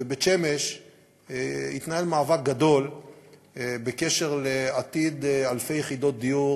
שבבית-שמש התנהל מאבק גדול בקשר לעתיד אלפי יחידות דיור